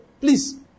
please